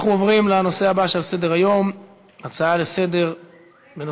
נעבור להצעות לסדר-היום בנושא: